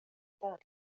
الكتاب